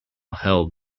held